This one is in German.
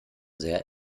sehr